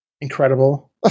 incredible